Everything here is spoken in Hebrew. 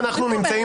אגב אתה צודק.